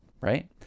right